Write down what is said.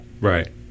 Right